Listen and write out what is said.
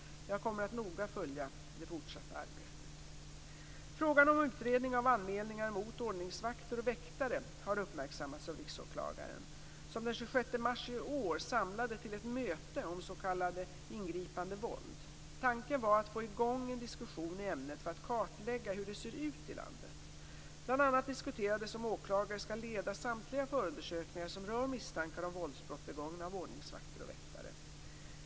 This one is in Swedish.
Jag kommer att noga följa det fortsatta arbetet. Frågan om utredning av anmälningar mot ordningsvakter och väktare har uppmärksammats av Riksåklagaren, som den 26 mars i år samlade till ett möte om s.k. ingripandevåld. Tanken var att få i gång en diskussion i ämnet för att kartlägga hur det ser ut i landet. Bl.a. diskuterades om åklagare skall leda samtliga förundersökningar som rör misstankar om våldsbrott begångna av ordningsvakter och väktare.